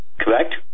correct